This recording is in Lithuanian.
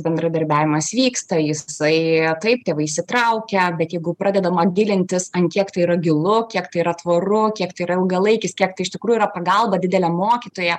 bendradarbiavimas vyksta jisai taip tėvai įsitraukia bet jeigu pradedama gilintis ant kiek tai yra gilu kiek tai yra tvoru kiek tai yra ilgalaikis kiek iš tikrųjų yra pagalba didelė mokytoja